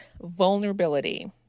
vulnerability